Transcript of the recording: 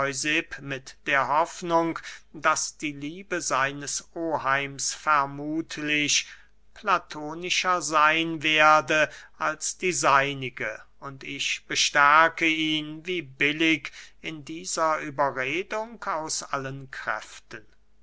mit der hoffnung daß die liebe seines oheims vermuthlich platonischer seyn werde als die seinige und ich bestärke ihn wie billig in dieser überredung aus allen kräften